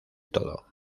todo